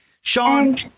Sean